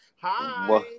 Hi